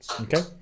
Okay